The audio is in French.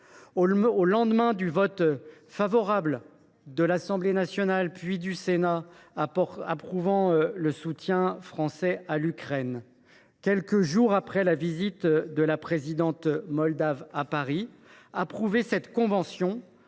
Au lendemain du vote favorable de l’Assemblée nationale, puis du Sénat, au soutien à l’Ukraine, quelques jours après la visite de la présidente moldave à Paris, adopter cette convention